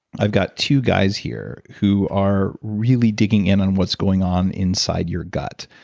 i've got two guys here who are really digging in on what's going on inside your gut.